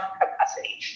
capacity